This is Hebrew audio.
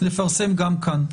לפרסם גם כאן.